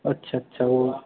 अच्छा अच्छा वो